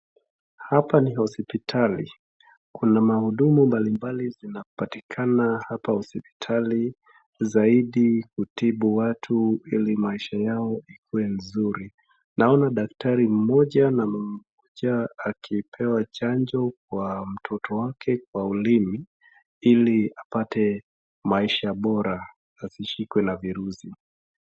Hapa ni hospitali kuna mahudumu mbali mbali zinapatikana hapa hospitali zaidi kutibu watu ili maisha yao ikue mzuri , naona daktari mmoja na mama mmoja akipewa chanjo kwa mtoto wake kwa ulimi ili apate maisha bora asishikwe na virusi.